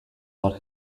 out